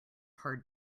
hard